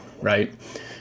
right